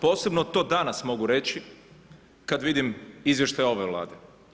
Posebno to danas mogu reći kad vidim izvještaj ove vlade.